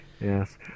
Yes